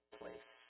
place